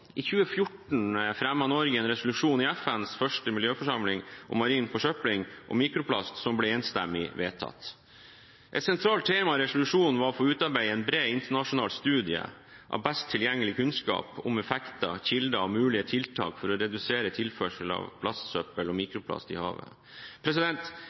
I 2014 fremmet Norge en resolusjon i FNs første miljøforsamling om marin forsøpling og mikroplast som ble enstemmig vedtatt. Et sentralt tema i resolusjonen var å få utarbeidet en bred internasjonal studie av best tilgjengelig kunnskap om effekter, kilder og mulige tiltak for å redusere tilførsel av plastsøppel og